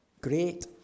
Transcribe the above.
great